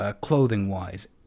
clothing-wise